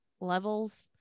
levels